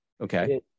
Okay